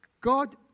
God